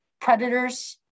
predators